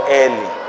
early